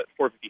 450